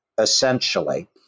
essentially